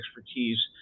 expertise